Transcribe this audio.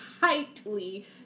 tightly